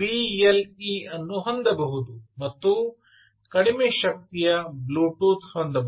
BLE ಅನ್ನು ಹೊಂದಬಹುದು ಮತ್ತು ಕಡಿಮೆ ಶಕ್ತಿಯ ಬ್ಲೂಟೂತ್ ಹೊಂದಬಹುದು